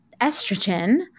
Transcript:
estrogen